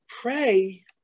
pray